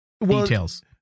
Details